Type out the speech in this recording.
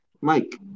Mike